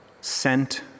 sent